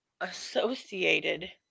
associated